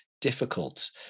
difficult